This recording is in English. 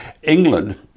England